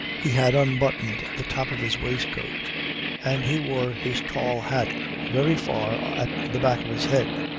he had unbuttoned the top of his waistcoat and he wore his tall hat very far at the back of his head.